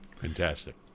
fantastic